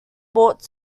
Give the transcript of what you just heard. brought